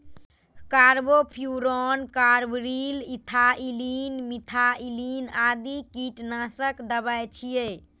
carbofuran, carbaryl, ethylene, methylene आदि कीटनाशक दवा छियै